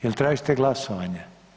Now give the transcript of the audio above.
Jel tražite glasovanje?